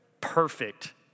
perfect